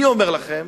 אני אומר לכם,